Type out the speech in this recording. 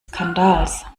skandals